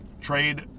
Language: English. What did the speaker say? Trade